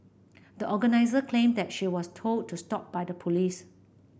the organiser claimed that she was told to stop by the police